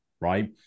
right